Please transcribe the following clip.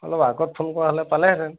অলপ আগত ফোন কৰা হ'লে পালেহেতেন